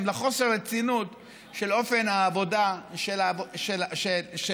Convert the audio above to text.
לחוסר רצינות של אופן העבודה של הממשלה,